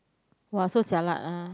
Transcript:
!wah! so jialat ah